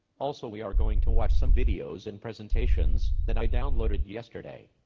also we are going to watch some videos and presentations that i downloaded yesterday.